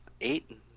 eight